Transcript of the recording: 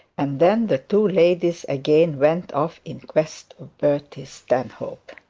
and then the two ladies again went off in quest of bertie stanhope.